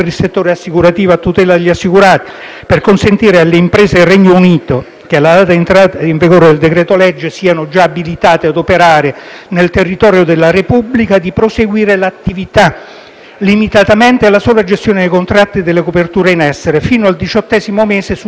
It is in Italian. per consentire alle imprese del Regno Unito, che alla data di entrata in vigore del decreto-legge siano già abilitate ad operare nel territorio della Repubblica, di proseguire l'attività limitatamente alla sola gestione dei contratti e delle coperture in essere, fino al diciottesimo mese successivo all'inizio della Brexit.